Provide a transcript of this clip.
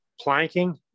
Planking